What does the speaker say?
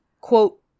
quote